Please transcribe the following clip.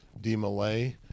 D-Malay